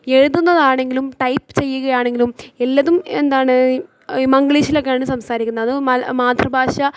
എഴുതുന്നതാണെങ്കിലും type ചെയ്യുകയാണെങ്കിലും എല്ലതും എന്താണ് മംഗ്ലീഷിലക്കെയാണ് സംസാരിക്കുന്നതും മ മാതൃഭാഷ